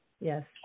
Yes